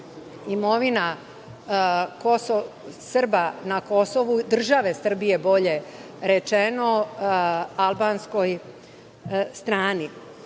imovina Srba na Kosovu, države Srbije, bolje rečeno, albanskoj